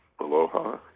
Aloha